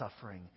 suffering